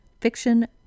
fiction